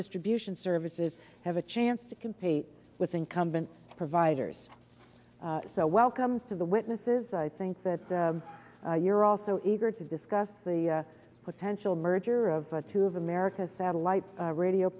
distribution services have a chance to compete with incumbent providers so welcome to the witnesses i think that the year also eager to discuss the potential merger of the two of america's satellite radio